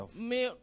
Mais